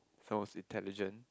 someone's intelligent